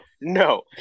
no